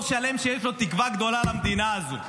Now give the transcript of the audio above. שלם שיש לו תקווה גדולה למדינה הזאת: